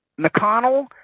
McConnell